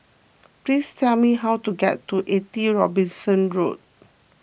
please tell me how to get to eighty Robinson Road